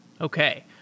Okay